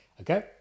okay